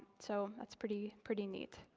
so that's pretty pretty neat.